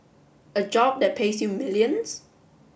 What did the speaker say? a job that pays you millions